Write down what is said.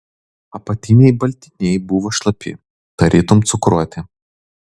apatiniai baltiniai buvo šlapi tarytum cukruoti